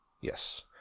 Yes